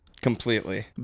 Completely